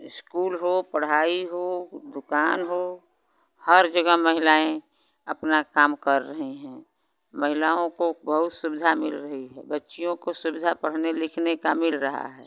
school हो पढ़ाई हो दुकान हो हर जगह महिलाएँ अपना काम कर रही हैं महिलाओं को बहुत सुविधा मिल रही है बच्चियों को सुविधा पढ़ने लिखने का मिल रहा है